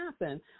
happen